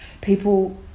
People